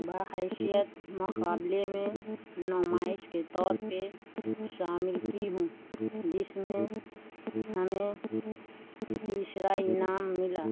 باہیشیت مقابلے میں نمائش کے طور پہ شامل کی ہوں جس میں ہمیں تیسرا انعام ملا